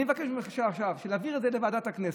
אני מבקש ממך עכשיו להעביר את זה לוועדת הכנסת,